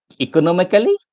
economically